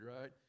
right